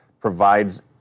provides